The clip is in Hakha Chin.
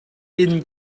inn